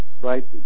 Right